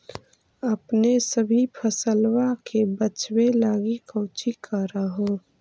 अपने सभी फसलबा के बच्बे लगी कौची कर हो?